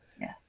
Yes